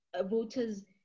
voters